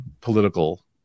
political